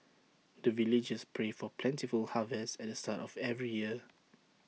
the villagers pray for plentiful harvest at the start of every year